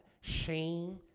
shame